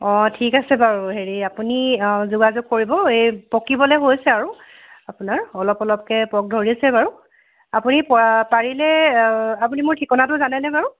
অ ঠিক আছে বাৰু হেৰি আপুনি অ যোগাযোগ কৰিব এই পকিবলৈ হৈছে আৰু আপোনাৰ অলপ অলপকৈ পোক ধৰিছে বাৰু আপুনি পৰি পাৰিলে এ আপুনি মোৰ ঠিকনাটো জানেনে বাৰু